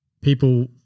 people